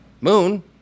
Moon